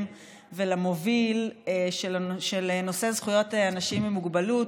ולמוביל של נושא זכויות אנשים עם מוגבלות.